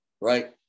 right